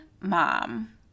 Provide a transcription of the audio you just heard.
mom